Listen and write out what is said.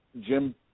Jim